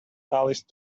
alice